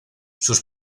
sus